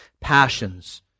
passions